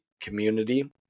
community